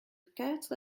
quatre